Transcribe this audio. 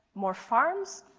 more farms.